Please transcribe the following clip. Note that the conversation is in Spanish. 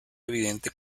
evidente